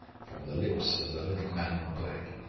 from the lips of the little man in black,